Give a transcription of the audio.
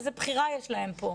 איזו בחירה יש להם פה?